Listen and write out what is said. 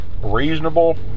reasonable